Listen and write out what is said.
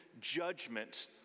judgment